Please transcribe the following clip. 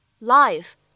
life